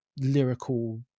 lyrical